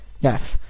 Yes